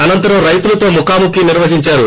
అనంతరం రైతులతో ముఖాముఖి నిర్వహించారు